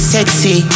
Sexy